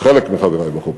חלק מחברי באופוזיציה,